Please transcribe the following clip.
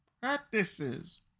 practices